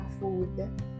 food